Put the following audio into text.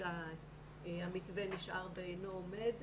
וכרגע המתווה נשאר בעינו עומד,